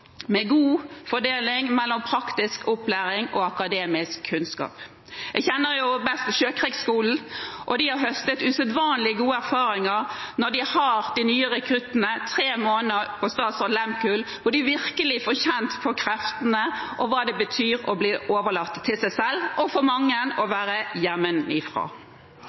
med god fordeling mellom praktisk opplæring og akademisk kunnskap. Jeg kjenner best Sjøkrigsskolen, og de har høstet usedvanlig gode erfaringer med å ha de nye rekruttene tre måneder på Statsraad Lehmkuhl, der de virkelig får kjent på kreftene og hva det betyr å bli overlatt til seg selv og, for mange, å være